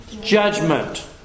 Judgment